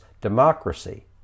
democracy